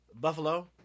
Buffalo